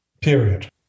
period